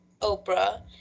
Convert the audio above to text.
Oprah